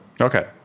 Okay